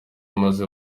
maze